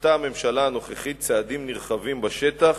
נקטה הממשלה הנוכחית צעדים נרחבים בשטח